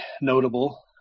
notable